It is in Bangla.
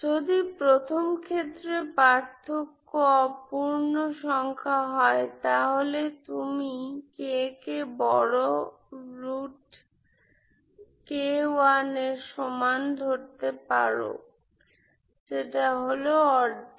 যদি প্রথম ক্ষেত্রে পার্থক্য হয় অপূর্ণ সংখ্যা তাহলে তুমি k কে বড় রুট k1 এর সমান ধরতে পারো যেটা হলো অর্ধেক